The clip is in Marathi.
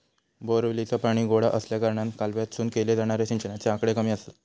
बोअरवेलीचा पाणी गोडा आसल्याकारणान कालव्यातसून केले जाणारे सिंचनाचे आकडे कमी आसत